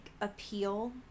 appeal